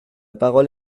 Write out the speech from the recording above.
parole